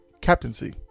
captaincy